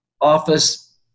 office